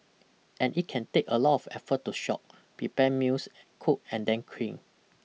and it can take a lot of effort to shop prepare meals cook and then clean